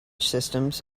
systems